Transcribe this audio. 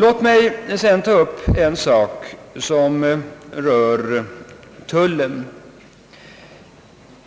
Låt mig sedan ta upp en sak som rör tullen,